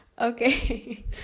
Okay